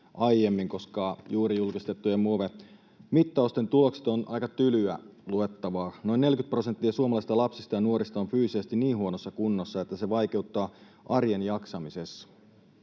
aiemmin, koska juuri julkistettujen Move-mittausten tulokset ovat aika tylyä luettavaa. Noin 40 prosenttia suomalaisista lapsista ja nuorista on fyysisesti niin huonossa kunnossa, että se vaikeuttaa arjen jaksamista.